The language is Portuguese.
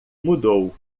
mudou